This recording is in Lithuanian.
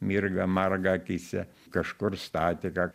mirga marga akyse kažkur statika